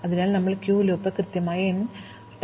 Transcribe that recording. അതിനാൽ ഞങ്ങൾ queue loop കൃത്യമായി n തവണ ചെയ്യും